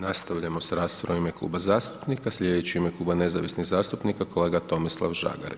Nastavljamo sa raspravom u ime kluba zastupnika, slijedeći u ime Kluba nezavisnih zastupnika, kolega Tomislav Žagar.